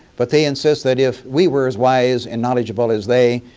but they insist that if we were as wise and knowledgeable as they,